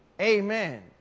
amen